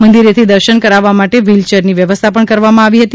મંદિરેથી દર્શન કરાવવા માટે વ્હીલચેરની વ્યવસ્થા પણ કરવામાં આવી હતી